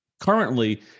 currently